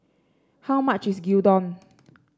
how much is Gyudon